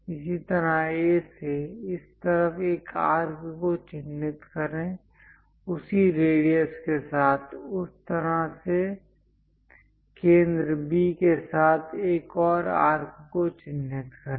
इसी तरह A से इस तरफ एक आर्क को चिह्नित करें उसी रेडियस के साथ उस तरह से केंद्र B के साथ एक और आर्क को चिह्नित करें